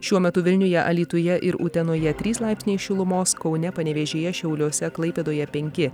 šiuo metu vilniuje alytuje ir utenoje trys laipsniai šilumos kaune panevėžyje šiauliuose klaipėdoje penki